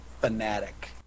fanatic